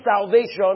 salvation